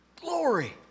glory